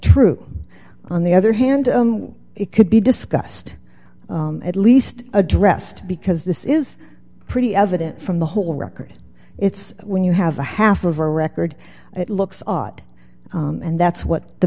true on the other hand it could be discussed at least addressed because this is pretty evident from the whole record it's when you have a half of a record it looks ot and that's what the